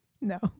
No